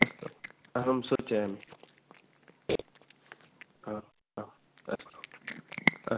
अस्तु अहं सूचयामि आम् आम् अस्तु अ